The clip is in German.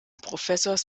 professors